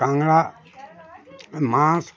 ট্যাংড়া মাছ